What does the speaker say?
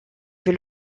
veut